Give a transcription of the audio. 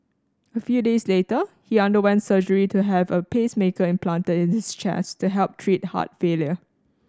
a few days later he underwent surgery to have a pacemaker implanted in his chest to help treat heart failure